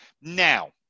Now